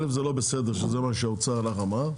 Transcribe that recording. א' שזה לא בסדר שזה מה שהאוצר אמר.